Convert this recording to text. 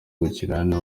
gukinana